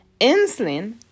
Insulin